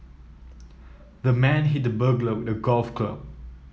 the man hit the burglar with a golf club